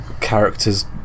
characters